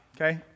okay